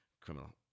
criminal